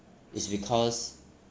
is because